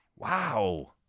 Wow